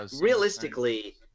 realistically